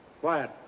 Quiet